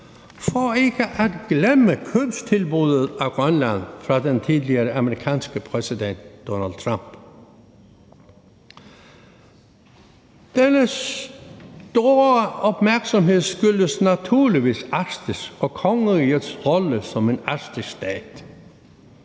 for ikke at glemme købstilbuddet til Grønland fra den tidligere amerikanske præsident Donald Trump. Denne store opmærksomhed skyldes naturligvis Arktis' og kongerigets rolle som en arktisk stat.